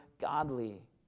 godly